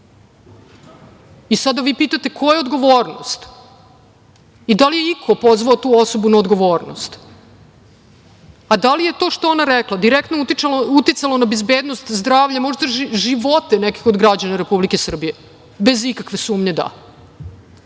Sada vi pitate koja je odgovornost i da li je iko pozvao tu osobu na odgovornost.A da li je to što je ona rekla, direktno uticalo na bezbednost zdravlja, možda živote nekih od građana Republike Srbije? Bez ikakve sumnje, da.